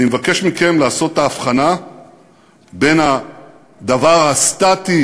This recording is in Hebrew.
אני מבקש מכם לעשות את ההבחנה בין הדבר הסטטי,